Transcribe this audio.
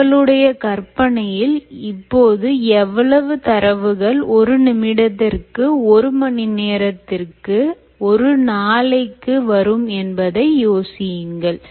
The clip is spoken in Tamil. தங்களுடைய கற்பனையில் இப்போது எவ்வளவு தரவுகள் ஒரு நிமிடத்திற்கு ஒரு மணி நேரத்திற்கு ஒரு நாளைக்கு வரும் என்பதை யோசியுங்கள்